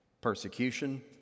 Persecution